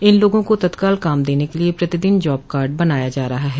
इन लोगों को तत्काल काम देने के लिये प्रतिदिन जॉबकार्ड बनाया जा रहा है